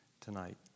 tonight